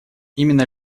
именно